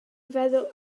feddwl